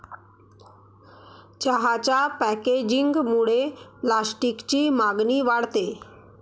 चहाच्या पॅकेजिंगमुळे प्लास्टिकची मागणी वाढते